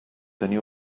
tenir